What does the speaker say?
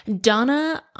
Donna